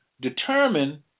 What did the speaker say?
determine